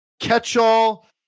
catch-all